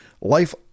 life